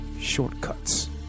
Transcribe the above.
shortcuts